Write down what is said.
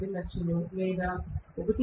2 లక్షలు లేదా 1